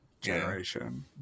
generation